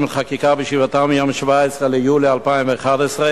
לחקיקה בישיבתה ביום 17 ביולי 2011,